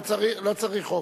לא צריך חוק.